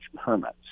permits